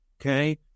Okay